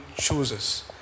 chooses